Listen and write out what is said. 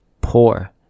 poor